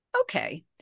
Okay